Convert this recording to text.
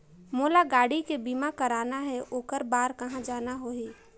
मोला गाड़ी के बीमा कराना हे ओकर बार कहा जाना होही?